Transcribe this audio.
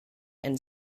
and